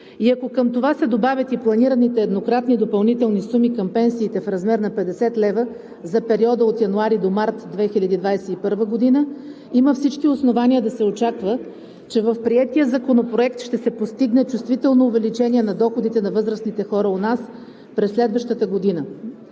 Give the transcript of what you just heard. И ако към това се добавят и планираните еднократни допълнителни суми към пенсиите в размер на 50 лв. за периода от януари до март 2021 г., има всички основания да се очаква, че в приетия законопроект ще се постигне чувствително увеличение на доходите на възрастните хора у нас през следващата година.